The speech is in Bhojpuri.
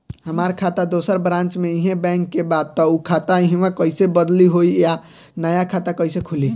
हमार खाता दोसर ब्रांच में इहे बैंक के बा त उ खाता इहवा कइसे बदली होई आ नया खाता कइसे खुली?